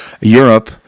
Europe